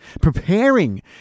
preparing